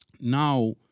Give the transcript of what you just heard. now